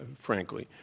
and frankly,